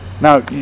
Now